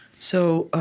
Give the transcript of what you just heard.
so ah